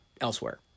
elsewhere